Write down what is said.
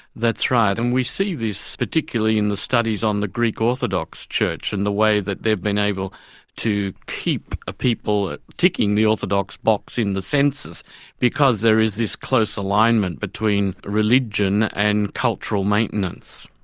that's right and we see this particularly in the studies on the greek orthodox church and the way that they've been able to keep a people ticking the orthodox box in the census because there is this close alignment between religion and cultural maintenance.